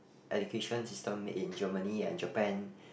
education system made in Germany and Japan